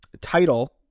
title